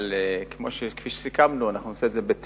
אבל כפי שסיכמנו, נעשה את זה בתיאום.